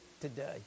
today